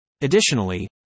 Additionally